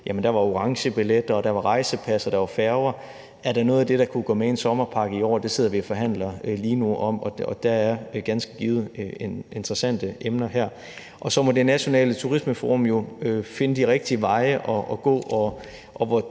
både var DSB Orange-billetter og var rejsepas og var færger. Om der er noget af det, der kunne komme med i en sommerpakke i år, sidder vi lige nu og forhandler om, og der er ganske givet interessante emner her. Og så må Det Nationale Turismeforum finde de rigtige veje at gå, og hvor